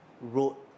wrote